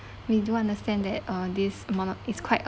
we do understand that uh this amount is quite